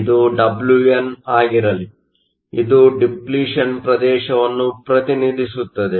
ಇದು Wn ಆಗಿರಲಿ ಇದು ಡಿಪ್ಲಿಷನ್Depletion ಪ್ರದೇಶವನ್ನು ಪ್ರತಿನಿಧಿಸುತ್ತದೆ